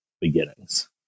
beginnings